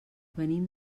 venim